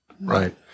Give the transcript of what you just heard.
Right